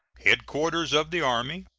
headquarters of the army,